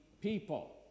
people